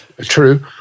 true